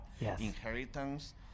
inheritance